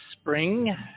spring